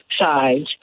sides